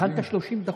הכנת 30 דקות?